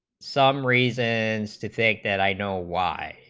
some reason as to think that i know why